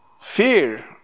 fear